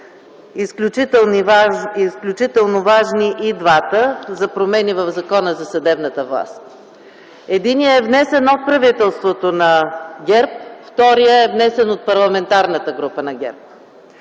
изключително важни – за промени в Закона за съдебната власт. Единият е внесен от правителството на ГЕРБ, вторият е внесен от Парламентарната група на ГЕРБ.